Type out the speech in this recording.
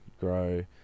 grow